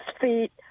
feet